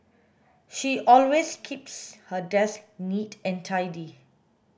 she always keeps her desk neat and tidy